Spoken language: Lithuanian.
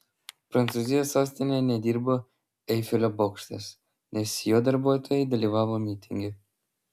prancūzijos sostinėje nedirbo eifelio bokštas nes jo darbuotojai dalyvavo mitinge